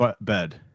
bed